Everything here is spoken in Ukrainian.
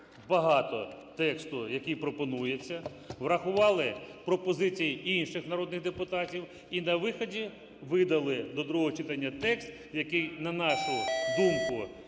багато тексту, який пропонується, врахували пропозиції інших народних депутатів і на виході видали до другого читання текст, який, на нашу думку,